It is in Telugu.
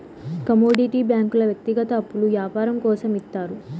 కమోడిటీ బ్యాంకుల వ్యక్తిగత అప్పులు యాపారం కోసం ఇత్తారు